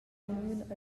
uniun